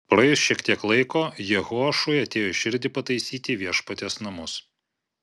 praėjus šiek tiek laiko jehoašui atėjo į širdį pataisyti viešpaties namus